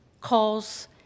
calls